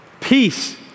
peace